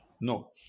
No